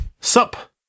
sup